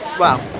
well,